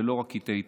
ולא רק קטעי עיתונים.